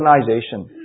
organization